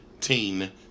teen